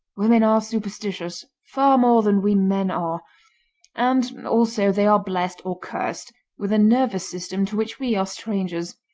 women are superstitious far more than we men are and, also they are blessed or cursed with a nervous system to which we are strangers.